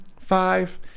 five